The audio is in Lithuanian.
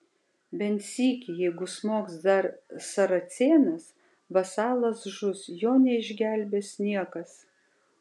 bent sykį jeigu smogs dar saracėnas vasalas žus jo neišgelbės niekas